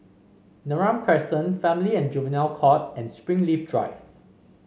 Neram Crescent Family and Juvenile Court and Springleaf Drive